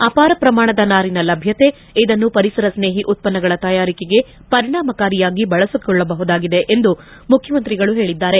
ಅಪಾರ ಪ್ರಮಾಣದ ನಾರಿನ ಲಭ್ಗತೆ ಇದನ್ನು ಪರಿಸರಸ್ನೇಹಿ ಉತ್ಪನ್ನಗಳ ತಯಾರಿಕೆಗೆ ಪರಿಣಾಮಕಾರಿಯಾಗಿ ಬಳಸಿಕೊಳ್ಳಬಹುದಾಗಿದೆ ಎಂದು ಮುಖ್ಯಮಂತ್ರಿಗಳು ಹೇಳಿದ್ದಾರೆ